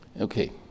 Okay